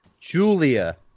Julia